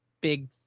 big